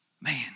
man